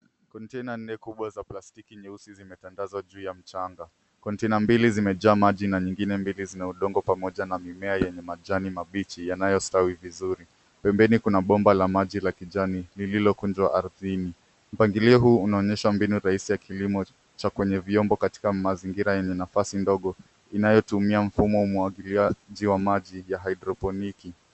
Kontena nne kubwa za plastiki nyeusi zimetandazwa juu ya mchanga. Kontena mbili zimejaa maji na zingine mbili zina udongo pamoja na mimea yenye majani mabichi yanayostawi vizuri. Pembeni kuna bomba la maji la kijani lililokunjwa ardhini . Mpangilio huu unaonyesha mbinu rahisi ya kilimo cha kwenye vyombo katika mazingira yenye nafasi ndogo inayotumia mfumo wa umwagiliaji wa maji ya haidroponiki.